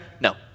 No